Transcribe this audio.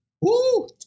Woo